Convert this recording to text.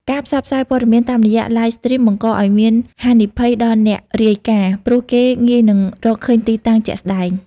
ការផ្សព្វផ្សាយព័ត៌មានតាមរយៈ Live Stream បង្កឱ្យមានហានិភ័យដល់អ្នករាយការណ៍ ព្រោះគេងាយនឹងរកឃើញទីតាំងជាក់ស្តែង។